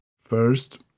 First